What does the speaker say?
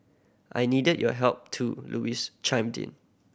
I needed your help too Louise chimed in